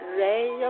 ray